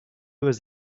was